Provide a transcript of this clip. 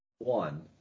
One